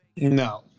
No